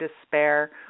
despair